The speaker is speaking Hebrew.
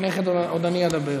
לפני כן עוד אני אדבר.